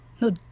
No